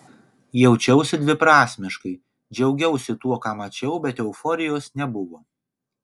jaučiausi dviprasmiškai džiaugiausi tuo ką mačiau bet euforijos nebuvo